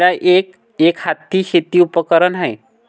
विळा एक, एकहाती शेती उपकरण आहे